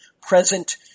present